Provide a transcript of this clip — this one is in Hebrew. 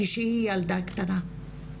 כשהיא ילדה קטנה.